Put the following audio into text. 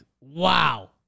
Wow